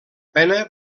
pena